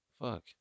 Fuck